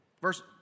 Verse